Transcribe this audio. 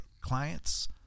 clients